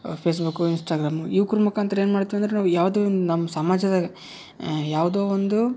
Facebook Instagram ಇವ್ಕುರ್ ಮುಖಾಂತರ ಏನು ಮಾಡ್ತೀವಿ ಅಂದ್ರೆ ನಾವು ಯಾವುದೇ ನಮ್ಮ ಸಮಾಜದಾಗ ಯಾವುದೋ ಒಂದು